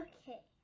Okay